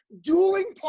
Dueling